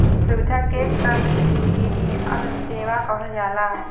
सुविधा के कमर्सिअल सेवा कहल जाला